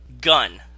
Gun